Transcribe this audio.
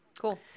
cool